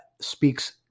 speaks